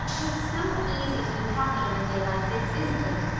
it's so easy to be happy on a day like this, isn't it?